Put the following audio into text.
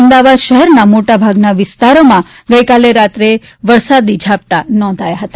અમદાવાદ શહેરના મોટાભાગના વિસ્તારોમાં ગઇકાલે રાત્રે વરસાદી ઝાપટાં નોંધાયા છે